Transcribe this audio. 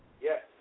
Yes